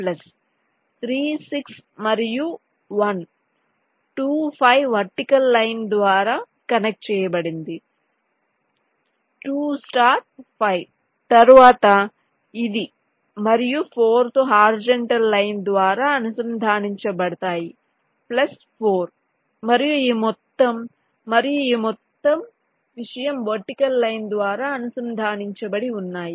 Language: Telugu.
కాబట్టి మళ్ళీ ప్లస్ 3 6 మరియు 1 2 5 వర్టికల్ లైన్ ద్వారా కనెక్ట్ చేయబడింది 2 స్టార్ 5 తరువాత ఇది మరియు 4 తో హారిజాంటల్ లైన్ ద్వారా అనుసంధానించబడతాయి ప్లస్ 4 మరియు ఈ మొత్తం మరియు ఈ మొత్తం విషయం వర్టికల్ లైన్ ద్వారా అనుసంధానించబడి ఉన్నాయి